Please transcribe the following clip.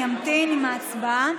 אני אמתין עם ההצבעה.